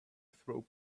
throw